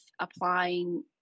applying